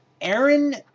Aaron